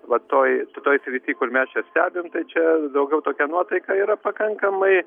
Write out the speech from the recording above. va toj toj srityj kur mes čia stebim tai čia daugiau tokia nuotaika yra pakankamai